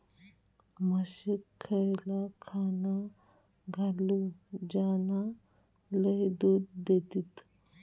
म्हशीक खयला खाणा घालू ज्याना लय दूध देतीत?